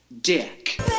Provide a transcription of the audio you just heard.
dick